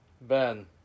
Ben